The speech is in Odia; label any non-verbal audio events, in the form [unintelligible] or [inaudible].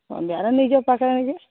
ସନ୍ଧ୍ୟାରେ ନିଜ ପାଖରେ [unintelligible]